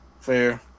Fair